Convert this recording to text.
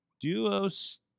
duos